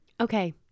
Okay